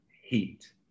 heat